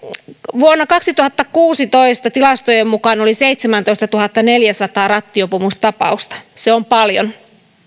vuonna kaksituhattakuusitoista tilastojen mukaan oli seitsemäntoistatuhattaneljäsataa rattijuopumustapausta se on paljon